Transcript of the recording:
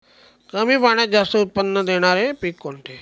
कमी पाण्यात जास्त उत्त्पन्न देणारे पीक कोणते?